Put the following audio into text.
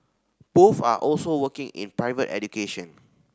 both are also working in private education